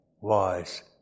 wise